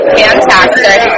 fantastic